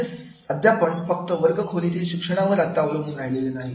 असे अध्यापन फक्त वर्ग खोलीतील शिक्षणा वर आता अवलंबून राहिले नाही